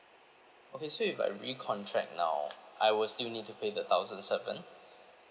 okay so if I recontract now I will still need to pay the thousand seven